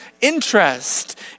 interest